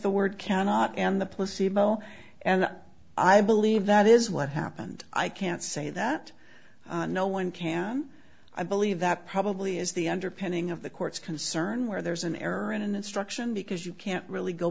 the word cannot and the placebo and i believe that is what happened i can't say that no one can i believe that probably is the underpinning of the court's concern where there's an error in an instruction because you can't really go